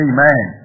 Amen